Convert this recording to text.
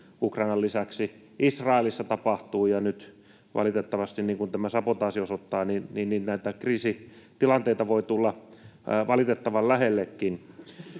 Ukrainan lisäksi Israelissa tapahtuu, ja nyt, valitettavasti, niin kuin tämä sabotaasi osoittaa, näitä kriisitilanteita voi tulla valitettavan lähellekin.